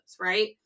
right